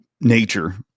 nature